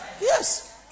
Yes